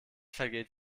vergeht